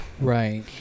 Right